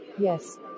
Yes